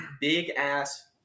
Big-ass